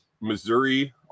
missouri